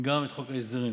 וגם את חוק ההסדרים.